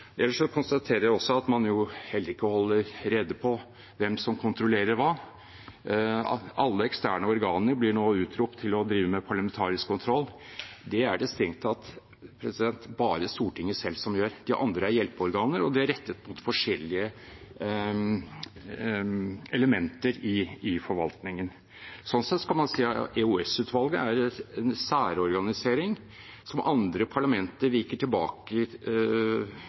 Ellers konstaterer jeg at man heller ikke holder rede på hvem som kontrollerer hva. Alle eksterne organer blir nå utropt til å drive med parlamentarisk kontroll. Det er det strengt tatt bare Stortinget selv som gjør. De andre er hjelpeorganer, og de er rettet mot forskjellige elementer i forvaltningen. Sånn sett kan man si at EOS-utvalget er en særorganisering som andre parlamenter viker tilbake